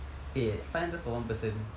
eh five hundred for one person